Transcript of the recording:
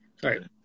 Sorry